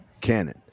canon